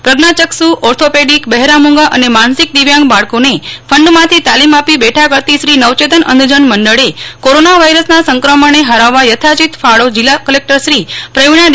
પ્રજ્ઞાયક્ષ orthopedic બહેરામૂંગા અને માનસિક દિવ્યાંગ બાળકોને ફંડમાંથી તાલીમ આપી બેઠા કરતી શ્રીનવચેતન અંધજન મંડળે કોરોના વાયરસના સંક્રમણને હરાવવા યથાચિત ફાળો જિલ્લા કલેકટરશ્રી પ્રવીણા ડી